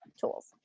tools